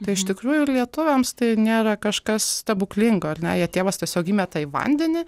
tai iš tikrųjų lietuviams tai nėra kažkas stebuklingo ar ne ją tėvas tiesiog įmeta į vandenį